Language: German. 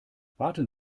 warten